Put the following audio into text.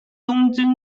东京